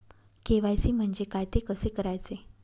KYC म्हणजे काय? ते कसे करायचे?